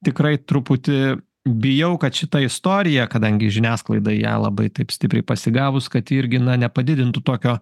tikrai truputį bijau kad šita istorija kadangi žiniasklaida ją labai taip stipriai pasigavus kad ji irgi na nepadidintų tokio